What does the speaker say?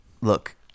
Look –